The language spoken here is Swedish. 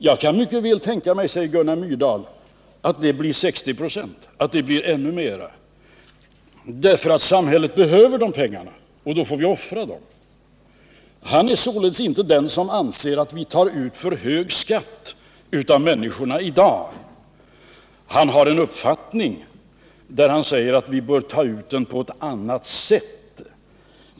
Han kan mycket väl tänka sig att det blir 60 96 eller ännu mer, för samhället behöver dessa pengar, och då får vi offra dem. Han anser således inte att vi tar ut för hög skatt av människorna i dag. Däremot har han uppfattningen att vi kan ta ut dem på ett annat sätt.